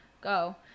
go